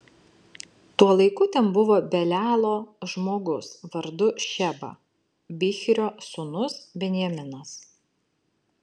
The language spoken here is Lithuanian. tuo laiku ten buvo belialo žmogus vardu šeba bichrio sūnus benjaminas